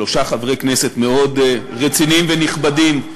שלושה חברי כנסת מאוד רציניים ונכבדים,